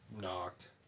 knocked